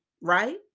right